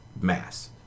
mass